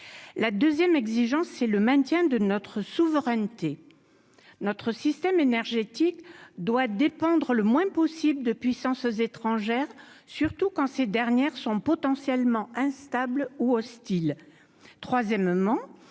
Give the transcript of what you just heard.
la 2ème exigence, c'est le maintien de notre souveraineté, notre système énergétique doit dépendre le moins possible de puissances étrangères, surtout quand ces dernières sont potentiellement instable ou hostiles, troisièmement